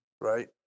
Right